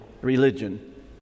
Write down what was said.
religion